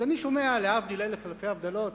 אז אני שומע, להבדיל אלף אלפי הבדלות,